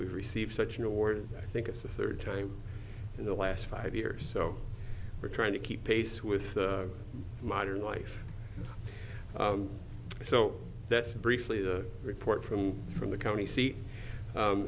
we've received such an award i think it's the third time in the last five years so we're trying to keep pace with modern life so that's briefly the report from from the county seat